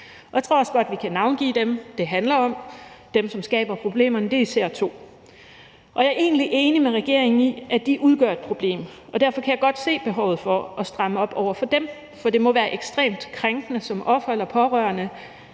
Jeg tror også godt, vi kan navngive dem, det handler om, dem, som skaber problemerne – det er især to. Jeg er egentlig enig med regeringen i, at de udgør et problem. Derfor kan jeg godt se behovet for at stramme op over for dem, for det må være ekstremt krænkende som offer eller pårørende